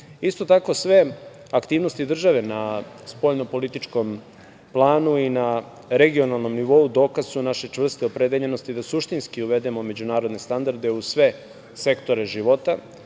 tako, sve aktivnosti države na spoljnopolitičkom planu i na regionalnom nivou dokaz su naše čvrste opredeljenosti da suštinski uvedemo međunarodne standarde u sve sektore života,